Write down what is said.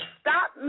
stop